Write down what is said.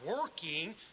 working